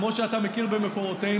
כמו שאתה מכיר במקורותינו,